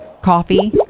Coffee